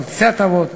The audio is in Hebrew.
כרטיסי הטבות,